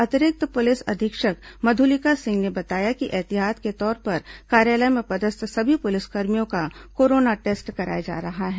अतिरिक्त पुलिस अधीक्षक मधुलिका सिंह ने बताया कि एहतियात के तौर पर कार्यालय में पदस्थ सभी पुलिसकर्मियों का कोरोना टेस्ट कराया जा रहा है